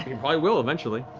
he probably will eventually.